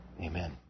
Amen